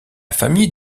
famille